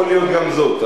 יכול להיות גם זאת.